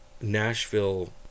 Nashville